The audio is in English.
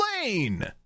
lane